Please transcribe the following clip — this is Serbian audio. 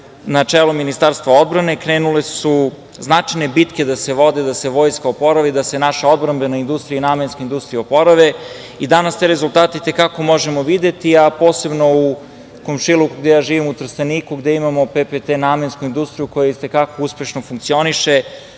na čelo Ministarstva odbrane krenule su značajne bitke da se vode, da se vojska oporavi, da se naša odbrambena i namenska industrija oporave. Danas te rezultate i te kako možemo vodite, a posebno u komšiluku gde živim, u Trsteniku gde imamo PPT namensku industriju koja i te kako uspešno funkcioniše